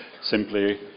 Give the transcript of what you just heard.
simply